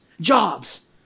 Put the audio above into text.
jobs